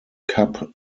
cup